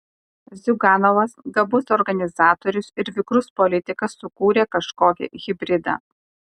ziuganovas gabus organizatorius ir vikrus politikas sukūrė kažkokį hibridą